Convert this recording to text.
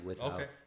Okay